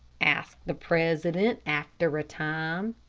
asked the president, after a time.